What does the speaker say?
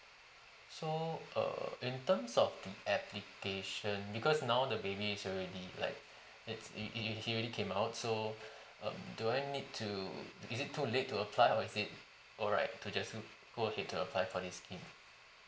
so err in terms of the application because now the baby is already like it's it he he already came out so um do I need to is it too late to apply or is it alright to just g~ go ahead to apply for this scheme